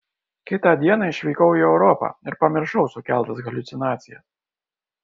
kitą dieną išvykau į europą ir pamiršau sukeltas haliucinacijas